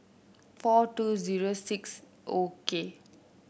four two zero six O K